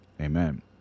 amen